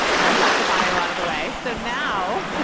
all right we got the bio out of the way, so now